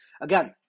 again